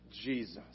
Jesus